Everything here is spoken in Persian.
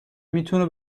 میتونه